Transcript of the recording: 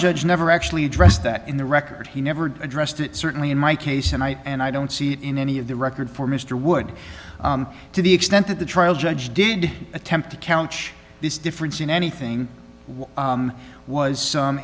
judge never actually addressed that in the record he never addressed it certainly in my case and i and i don't see it in any of the record for mr wood to the extent that the trial judge did attempt to count each this difference in anything was